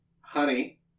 honey